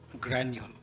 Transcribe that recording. granule